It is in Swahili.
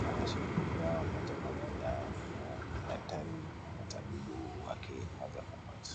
anashughulikiwa moja kwa moja na daktari ama tabibu wake moja kwa moja.